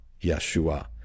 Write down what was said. Yeshua